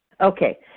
Okay